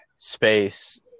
space